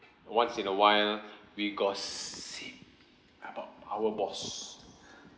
once in a while we gossip about our boss